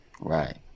Right